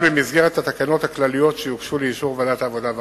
במסגרת התקנות הכלליות שיוגשו לאישור ועדת העבודה והרווחה.